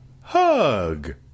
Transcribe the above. Hug